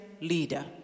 leader